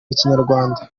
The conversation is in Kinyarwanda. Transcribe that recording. ikinyarwanda